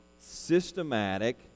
systematic